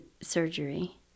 surgery